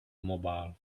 mobile